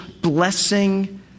blessing